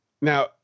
Now